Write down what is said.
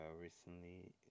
Recently